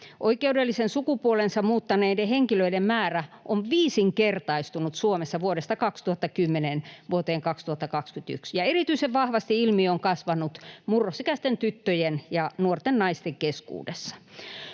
Oikeudellisen sukupuolensa muuttaneiden henkilöiden määrä on viisinkertaistunut Suomessa vuodesta 2010 vuoteen 2021, ja erityisen vahvasti ilmiö on kasvanut murrosikäisten tyttöjen ja nuorten naisten keskuudessa.